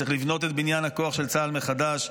צריך לבנות את בניין הכוח של צה"ל מחדש.